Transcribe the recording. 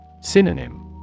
synonym